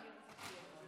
אתם רוצים שאני אדבר?